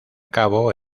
cabo